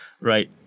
right